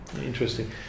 Interesting